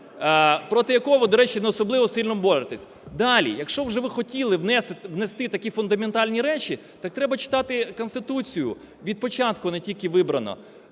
проти якого ви, до речі, не особливо сильно боретесь. Далі. Якщо вже ви хотіли внести такі фундаментальні речі, так треба читати Конституцію від початку, а не тільки вибране.